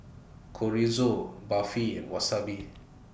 Chorizo Barfi Wasabi